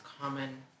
common